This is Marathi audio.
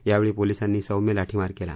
यावेळी पोलिसांनी सौम्य लाठीमार केला